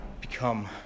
become